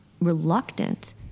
reluctant